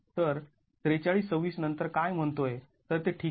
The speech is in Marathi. तर ४३२६ नंतर काय म्हणतोय तर ते ठीक आहे